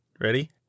Ready